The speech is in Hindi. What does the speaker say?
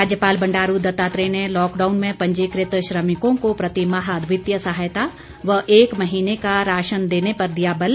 राज्यपाल बंडारू दत्तात्रेय ने लॉकडाउन में पंजीकृत श्रमिकों को प्रतिमाह वित्तीय सहायता व एक महीने का राशन देने पर दिया बल